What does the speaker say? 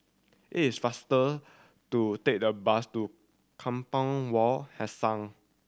it's faster to take the bus to Kampong Wak Hassan